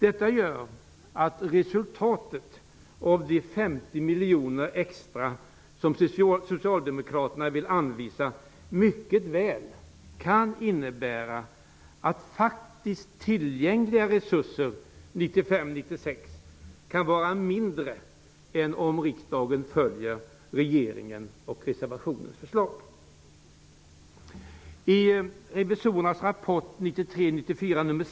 Detta gör att resultatet av de 50 miljoner extra som Socialdemokraterna vill anvisa mycket väl kan innebära att faktiskt tillgängliga resurser för budgetåret 1995 94 nr.